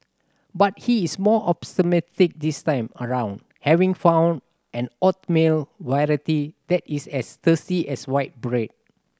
but he is more optimistic this time around having found an oatmeal variety that is as tasty as white bread